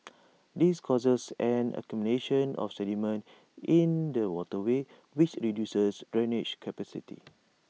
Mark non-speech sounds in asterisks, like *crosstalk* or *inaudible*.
*noise* this causes an accumulation of sediment in the waterways which reduces drainage capacity